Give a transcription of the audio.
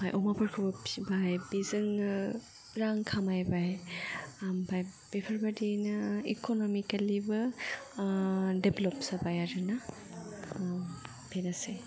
ओमफ्राय अमाफोरखौबो फिसिबाय जोङो रां खामायबाय ओमफ्राय बेफोर बायदियैनो ईक'नमिकेलिबो डेवेलाप जाबाय आरो ना बेनोसै